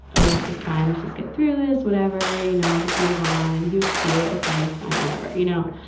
oh, this is fine. let's just get through this. whatever, you know, i'll just move on. he was cute. okay, it's fine, whatever, you know.